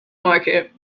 market